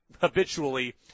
habitually